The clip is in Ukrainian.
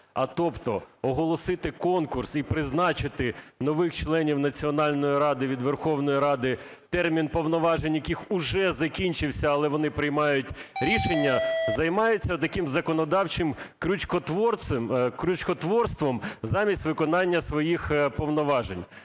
а тобто оголосити конкурс і призначати нових членів Національної ради від Верховної Ради, термін повноважень яких уже закінчився, але вони приймають рішення, займаються таким законодавчим крючкотворством замість виконання своїх повноважень.